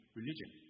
religion